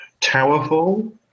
Towerfall